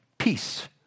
Peace